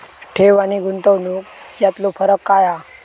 ठेव आनी गुंतवणूक यातलो फरक काय हा?